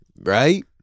Right